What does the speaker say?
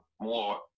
more